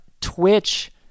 twitch